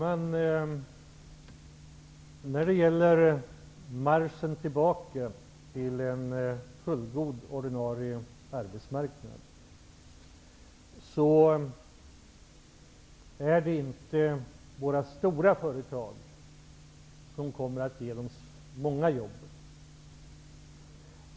Herr talman! Vid marschen tillbaka till en fullgod ordinarie arbetsmarknad är det inte våra stora företag som kommer att ge oss många jobb.